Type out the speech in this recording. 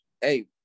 Hey